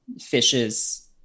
fishes